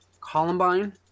Columbine